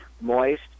moist